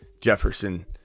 Jefferson